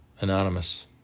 Anonymous